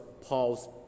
Paul's